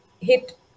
hit